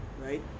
right